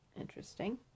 Interesting